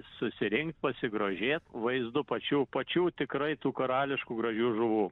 susirinkt pasigrožėt vaizdu pačių pačių tikrai tų karališkų gražių žuvų